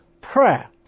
prayer